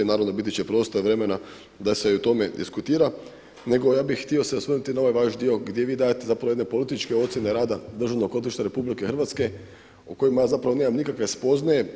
Naravno biti će prostora i vremena da se i o tome diskutira, nego ja bih htio se osvrnuti na ovaj vaš dio gdje vi dajete zapravo jedne političke ocjene rada Državnog odvjetništva RH o kojima ja zapravo nemam nikakve spoznaje.